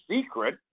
secret